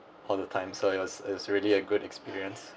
all the time so it was it's really a good experience